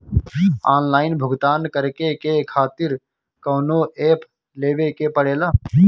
Online भुगतान करके के खातिर कौनो ऐप लेवेके पड़ेला?